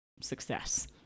success